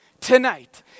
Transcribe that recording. tonight